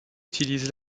utilisent